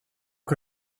que